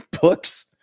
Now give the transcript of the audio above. books